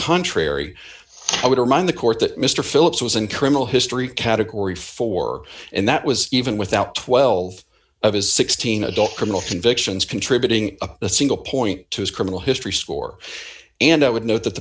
contrary i would remind the court that mr phillips was in criminal history category four and that was even without twelve of his sixteen adult criminal convictions contributing a single point to his criminal history score and i would note that